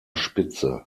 spitze